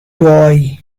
joy